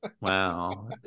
Wow